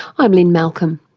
i'm lynne malcolm.